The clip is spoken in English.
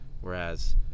whereas